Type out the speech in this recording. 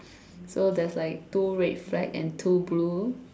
so there's like two red flag and two blue